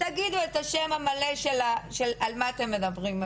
תגידו את השם המלא של מה שעליו אתם מדברים.